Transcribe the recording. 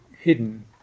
hidden